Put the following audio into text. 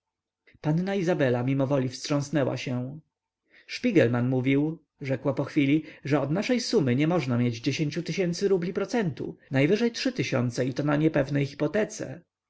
panna izabela mimowoli wstrząsnęła się szpigelman mówił rzekła po chwili że od naszej sumy nie można mieć dziesięciu tysięcy rubli procentu najwyżej trzy tysiące i to na niepewnej hipotece